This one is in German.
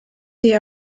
die